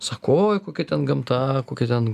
sako oi kokia ten gamta kokia ten